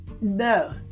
No